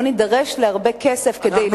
לא נידרש להרבה כסף כדי לטפל.